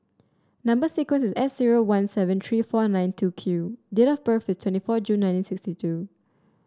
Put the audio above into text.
number sequence is S zero one seven three four nine two Q date of birth is twenty four June nineteen sixty two